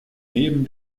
neben